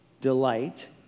delight